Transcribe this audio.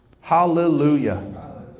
Hallelujah